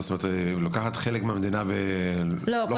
מה זאת אומרת לוקחת חלק מהמדינה ולא חוקרת אותם -- לא,